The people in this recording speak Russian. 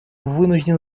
вынужден